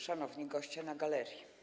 Szanowni Goście na Galerii!